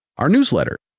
our newsletter.